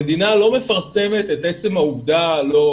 המדינה לא מפרסמת את עצם העובדה, לא